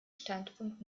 standpunkt